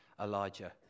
Elijah